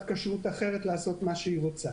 כשרות אחרת יכולה לעשות מה שהיא רוצה.